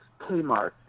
Kmart